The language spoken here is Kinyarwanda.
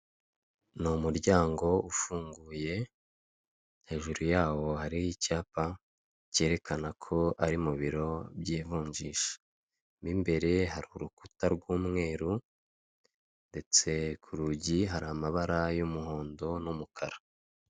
Ni umuryango ufunguye hejuru yawo hariho icyapa cyerekana ko ari mu biro by'ivunjisha mo imbere hari urukuta rw'umweru ndetse ku rugi hari amabara y'umuhondo n'umukara.